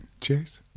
Cheers